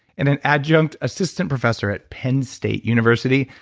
and an adjunct assistant professor at penn state university,